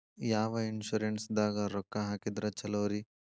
ಯಾವ ಇನ್ಶೂರೆನ್ಸ್ ದಾಗ ರೊಕ್ಕ ಹಾಕಿದ್ರ ಛಲೋರಿ?